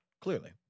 clearly